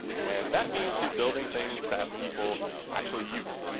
and that means you're building things that people actually use.